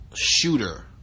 shooter